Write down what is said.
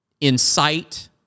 incite